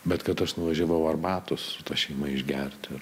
bet kad aš nuvažiavau arbatos su ta šeima išgerti